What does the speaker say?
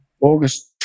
August